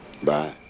Bye